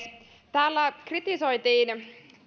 täällä kritisoitiin